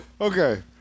Okay